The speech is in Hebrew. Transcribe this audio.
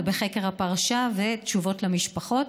בחקר הפרשה ובתשובות למשפחות,